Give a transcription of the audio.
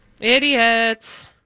Idiots